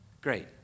Great